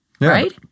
right